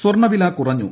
സ്വർണ്ണവില കുറഞ്ഞു